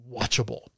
watchable